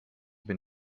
been